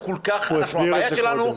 הוא הסביר את זה קודם.